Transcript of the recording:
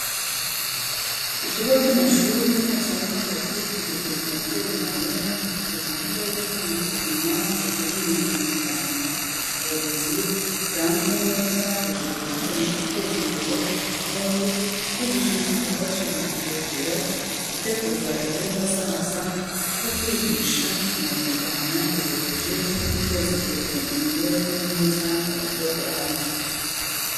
Ikigo cy'amashuri Mpuzamahanga cyitiriwe umubyeyi Mariya gifite gahunda yo gutanga ubuzima buzira inenge mu Rwanda. Uburezi butanzwe neza bugira uruhare mu guteza imbere ubukungu, kwigisha indangagaciro na kirazira, gutegura ejo hazaza kuko kwigisha ni ukurwanya ubujiji no guteza imbere imibereho myiza mu buryo burambye.